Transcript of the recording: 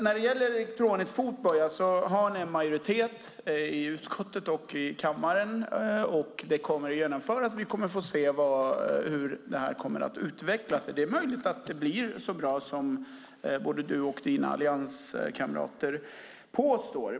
När det gäller elektronisk fotboja har ni en majoritet i utskottet och i kammaren, och det kommer att genomföras. Vi kommer att få se hur det här kommer att utvecklas. Det är möjligt att det blir så bra som både du och dina allianskamrater påstår.